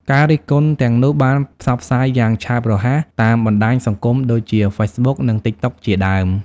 ការរិះគន់ទាំងនោះបានផ្សព្វផ្សាយយ៉ាងឆាប់រហ័សតាមបណ្តាញសង្គមដូចជាហ្វេសប៊ុក និង TikTok ជាដើម។